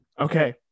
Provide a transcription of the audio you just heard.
Okay